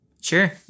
Sure